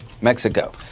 Mexico